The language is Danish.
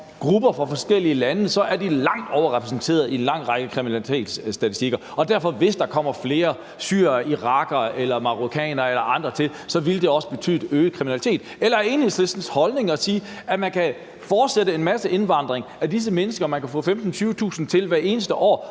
grupper fra forskellige lande, er de langt overrepræsenteret i en lang række kriminalitetsstatistikker. Derfor vil det, hvis der kommer flere syrere, irakere, marokkanere eller andre til, også betyde øget kriminalitet. Eller er Enhedslistens holdning at sige, at man kan fortsætte en masse indvandring af disse mennesker, at man kan få 15-20.000 til hvert eneste år,